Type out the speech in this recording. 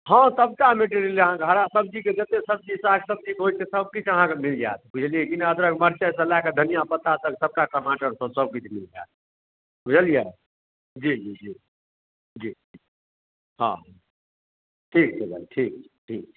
हँ सभटा मेटेरियल जे अहाँकेँ हरा सब्जी जतेक सब्जी साग सब्जी होइत छै सभकिछु अहाँकेँ मिल जायत बुझलियै कि नहि अदरक मर्चाइसँ लैकऽ धनिआ पत्ता तक सभटा टमाटर सभ सभकिछु मिल जायत बुझलियै जी जी जी जी हँ ठीक छै भाइ ठीक छै ठीक छै